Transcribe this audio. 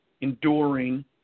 enduring